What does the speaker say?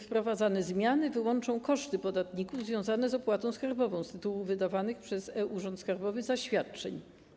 Wprowadzane zmiany wyłączą koszty podatników związane z opłatą skarbową z tytułu wydawanych przez e-Urząd Skarbowy zaświadczeń.